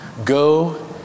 Go